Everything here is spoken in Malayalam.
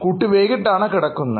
കുട്ടി വൈകിട്ടാണ് കിടക്കുന്നത്